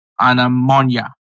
Anamonia